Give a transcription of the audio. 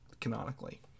canonically